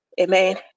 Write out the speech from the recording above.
Amen